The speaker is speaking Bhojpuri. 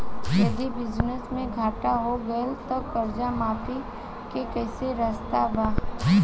यदि बिजनेस मे घाटा हो गएल त कर्जा माफी के कोई रास्ता बा?